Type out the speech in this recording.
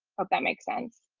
but that makes sense,